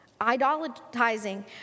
idolatizing